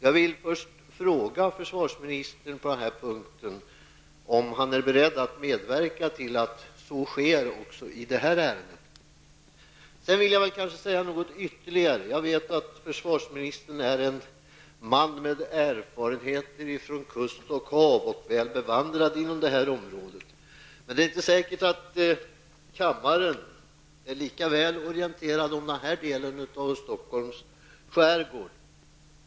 Jag vill först fråga försvarministern om han på den här punkten är beredd att medverka till att så sker också i det här ärendet. Jag vill också säga något ytterligare. Jag vet att försvarsministern är en man med erfarenheter från kust och hav och att han är väl bevandrad inom det här området, men det är inte säkert att kammaren är lika väl orienterad när det gäller denna del av Stockholms skärgård.